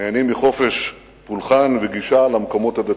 נהנים מחופש פולחן וגישה למקומות הדתיים.